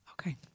Okay